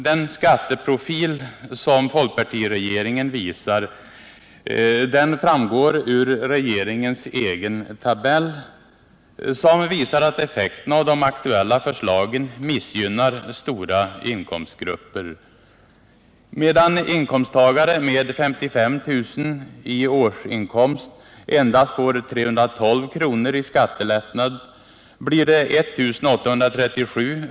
Den skatteprofil folkpartiregeringens förslag har framgår av regeringens egen tabell, som visar att de aktuella förslagen missgynnar stora inkomstgrupper. Medan inkomsttagare med 55 000 i årsinkomst endast får 312 kr. i skattelättnad blir det 1 837 kr.